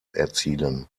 erzielen